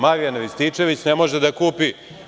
Marijan Rističević ne može da kupi.